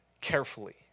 carefully